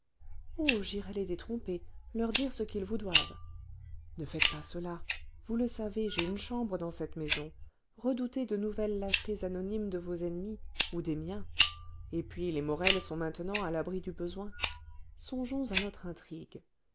oh j'irai les détromper leur dire ce qu'ils vous doivent ne faites pas cela vous le savez j'ai une chambre dans cette maison redoutez de nouvelles lâchetés anonymes de vos ennemis ou des miens et puis les morel sont maintenant à l'abri du besoin songeons à notre intrigue